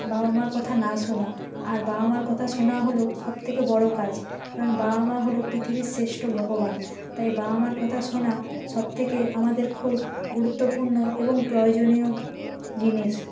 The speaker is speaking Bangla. বাবা মার কথা না শোনা আর বাবা মার কথা শোনা হল সবথেকে বড় কাজ কারণ বাবা মা হল পৃথিবীর শ্রেষ্ঠ ভগবান তাই বাবা মার কথা শোনা সবথেকে আমাদের খুব গুরুত্বপূর্ণ এবং প্রয়োজনীয় জিনিস